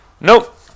nope